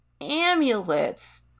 amulets